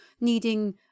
needing